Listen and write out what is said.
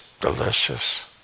delicious